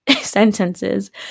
sentences